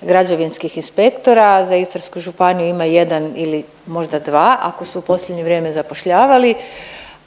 građevinskih inspektora, a za Istarsku županiju ima jedan ili možda dva ako su u posljednje vrijeme zapošljavali,